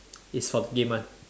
it's for game one